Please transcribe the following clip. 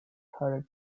her